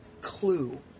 clue